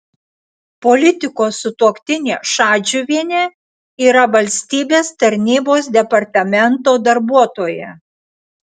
politiko sutuoktinė šadžiuvienė yra valstybės tarnybos departamento darbuotoja